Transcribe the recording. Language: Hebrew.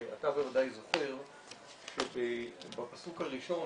שאתה בוודאי זוכר שבפרק הראשון